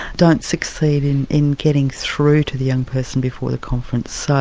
don't succeed in in getting through to the young person before the conference. ah